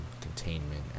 containment